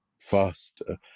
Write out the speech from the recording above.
faster